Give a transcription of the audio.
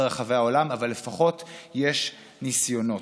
אבל לפחות יש ניסיונות.